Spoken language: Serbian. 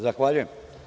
Zahvaljujem.